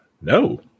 No